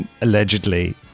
allegedly